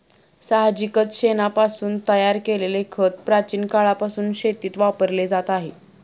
साहजिकच शेणापासून तयार केलेले खत प्राचीन काळापासून शेतीत वापरले जात आहे